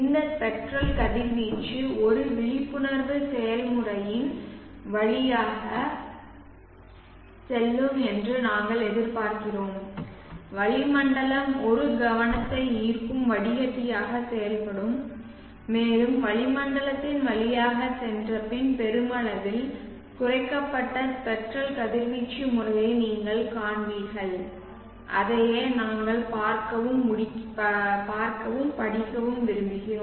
இந்த ஸ்பெக்ட்ரல் கதிர்வீச்சு ஒரு விழிப்புணர்வு செயல்முறையின் வழியாக செல்லும் என்று நாங்கள் எதிர்பார்க்கிறோம் வளிமண்டலம் ஒரு கவனத்தை ஈர்க்கும் வடிகட்டியாக செயல்படும் மேலும் வளிமண்டலத்தின் வழியாகச் சென்றபின் பெருமளவில் குறைக்கப்பட்ட ஸ்பெக்ட்ரல் கதிர்வீச்சு முறையை நீங்கள் காண்பீர்கள் அதையே நாங்கள் பார்க்கவும் படிக்கவும் விரும்புகிறோம்